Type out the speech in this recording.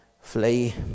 flee